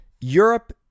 Europe